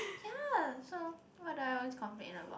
ya so what I always complain about